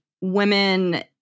women